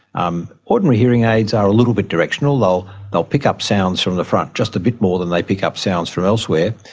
um ordinary hearing aids are a little bit directional, they'll pick up sounds from the front, just a bit more than they pick up sounds from elsewhere.